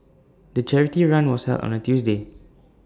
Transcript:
the charity run was held on A Tuesday